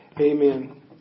Amen